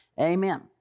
Amen